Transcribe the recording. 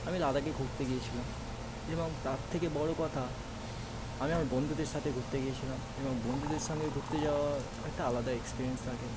আমি লাদাখে ঘুরতে গিয়েছিলাম এবং তার থেকে বড় কথা আমি আমার বন্ধুদের সাথে ঘুরতে গিয়েছিলাম এবং বন্ধুদের সঙ্গে ঘুরতে যাওয়ার একটা আলাদা এক্সপেরিয়েন্স থাকে